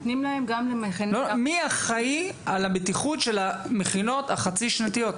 מי אחראי על הבטיחות של המכינות החצי-שנתיות?